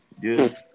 Dude